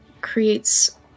creates